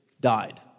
died